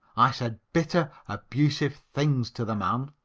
i said bitter, abusive things to the man.